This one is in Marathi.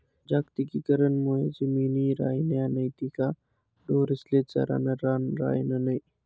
जागतिकीकरण मुये जमिनी रायन्या नैत का ढोरेस्ले चरानं रान रायनं नै